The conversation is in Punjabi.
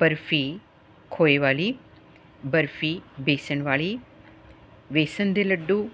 ਬਰਫੀ ਖੋਏ ਵਾਲੀ ਬਰਫੀ ਬੇਸਣ ਵਾਲੀ ਬੇਸਨ ਦੇ ਲੱਡੂ